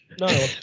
no